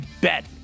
bet